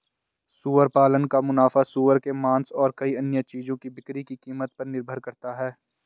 सुअर पालन का मुनाफा सूअर के मांस और कई अन्य चीजों की बिक्री की कीमत पर निर्भर करता है